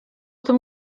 tym